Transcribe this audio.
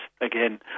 Again